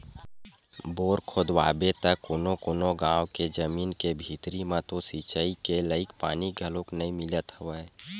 bore खोदवाबे त कोनो कोनो गाँव के जमीन के भीतरी म तो सिचई के लईक पानी घलोक नइ मिलत हवय